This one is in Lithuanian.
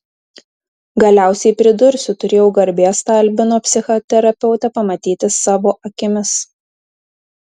galiausiai pridursiu turėjau garbės tą albino psichoterapeutę pamatyti savo akimis